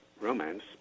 romance